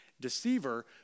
Deceiver